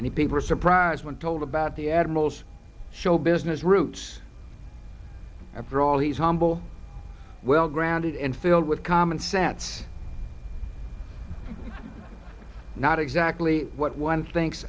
people are surprised when told about the admirals show business roots after all he's humble well grounded and filled with common sense not exactly what one thinks